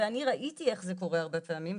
ואני ראיתי איך זה קורה הרבה פעמים,